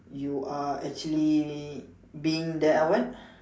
you are actually being there !huh! what